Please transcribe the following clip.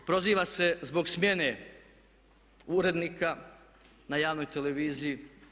Proziva se zbog smjene urednika na javnoj televiziji.